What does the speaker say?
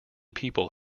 people